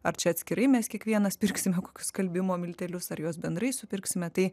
ar čia atskirai mes kiekvienas pirksime skalbimo miltelius ar juos bendrai supirksime tai